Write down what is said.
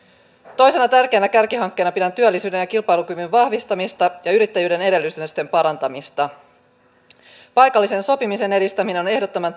toisena tärkeänä kärkihankkeena pidän työllisyyden ja kilpailukyvyn vahvistamista ja yrittäjyyden edellytysten parantamista paikallisen sopimisen edistäminen on ehdottoman